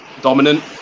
dominant